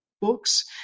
books